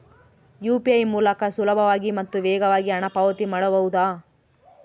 UPI ಮೂಲಕ ಸುಲಭವಾಗಿ ಮತ್ತು ವೇಗವಾಗಿ ಹಣ ಪಾವತಿ ಮಾಡಬಹುದಾ?